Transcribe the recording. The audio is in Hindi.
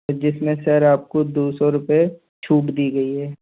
जिस में सर आपको दो सौ रुपये छूट दी गई है